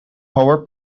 power